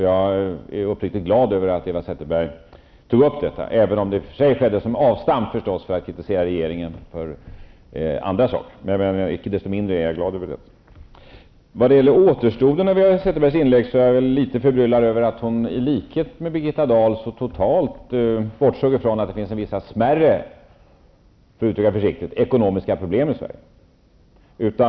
Jag är uppriktigt glad över att Eva Zetterberg tog upp detta, även om det i och för sig skedde som avstamp för kritik mot regeringen för andra saker. Men icke desto mindre är jag glad över att de positiva sakerna observerades. När det gäller återstoden av Eva Zetterbergs inlägg är jag litet förbryllad över att hon i likhet med Birgitta Dahl så totalt bortsåg från att det finns vissa smärre -- för att uttrycka det försiktigt -- ekonomiska problem i Sverige.